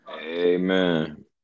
Amen